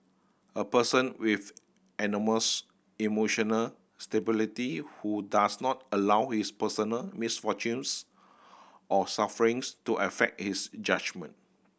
a person with enormous emotional stability who does not allow his personal misfortunes or sufferings to affect his judgement